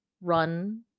run